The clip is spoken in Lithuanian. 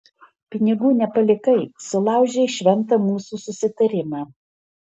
pinigų nepalikai sulaužei šventą mūsų susitarimą